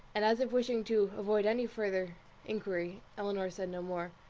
and as if wishing to avoid any farther inquiry. elinor said no more